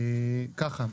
ככה,